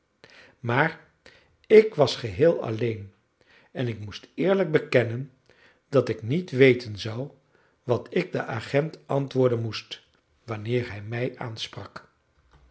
maar ik was geheel alleen en ik moet eerlijk bekennen dat ik niet weten zou wat ik den agent antwoorden moest wanneer hij mij aansprak